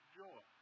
joy